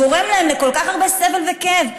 שגורם להם לכל כך הרבה סבל וכאב.